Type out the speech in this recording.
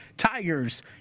Tigers